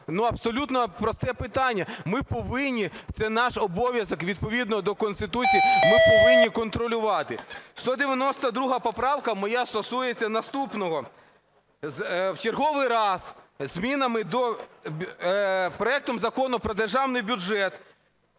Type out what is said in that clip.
Абсолютно просте питання. Ми повинні, це наш обов'язок відповідно до Конституції, ми повинні контролювати. 192 поправка моя стосується наступного. В черговий раз із змінами… проектом Закону про Державний бюджет